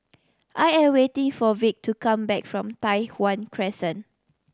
I am waiting for Vic to come back from Tai Hwan Crescent